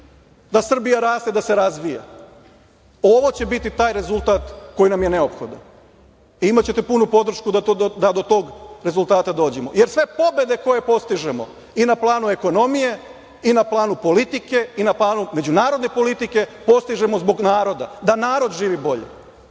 da Srbija raste, da se razvija. Ovo će biti taj rezultat koji nam je neophodan i imaćete punu podršku da do tog rezultata dođemo, jer sve pobede koje postižemo i na planu ekonomije i na planu politike i na planu međunarodne politike, postižemo zbog naroda, da narod živi bolje,